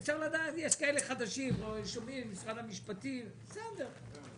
יש כאלה חדשים, שומעים, משרד המשפטים, בסדר.